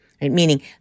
Meaning